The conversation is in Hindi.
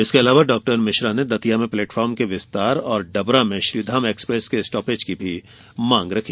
इसके अलावा डॉक्टर मिश्रा ने दतिया में प्लेटफार्म के विस्तार और डबरा में श्रीधाम एक्सप्रेस के स्टापेज की भी मांग रखी